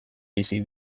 bizi